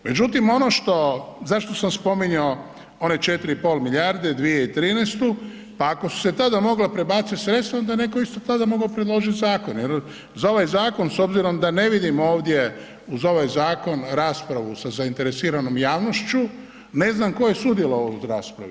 Međutim, ono što, zašto sam spominjao one 4 i pol milijarde, 2013., pa ako su se tada mogla prebaciti sredstva, onda je netko isto tada mogao predložiti zakon jer za ovaj zakon, s obzirom da ne vidim ovdje, uz ovaj zakon raspravu sa zainteresiranom javnošću, ne znam tko je sudjelovao u raspravi.